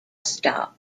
stop